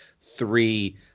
three